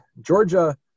Georgia